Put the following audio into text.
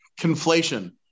conflation